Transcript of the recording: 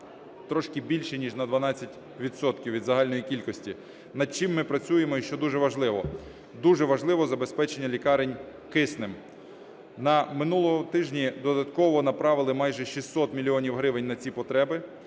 трошки більше 12 відсотків від загальної кількості. Над чим ми працюємо і що дуже важливо. Дуже важливо забезпечення лікарень киснем. На минулому тижні додатково направили майже 600 мільйонів гривень на ці потреби.